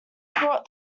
brought